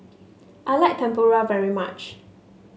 I like Tempura very much